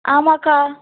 ஆமாக்கா